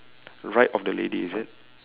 right of the lady is it